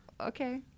Okay